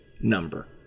number